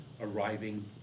arriving